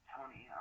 Tony